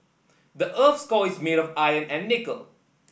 the earth's core is made of iron and nickel